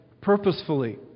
purposefully